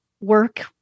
work